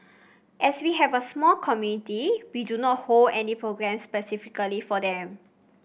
as we have a small community we do not hold any programmes specifically for them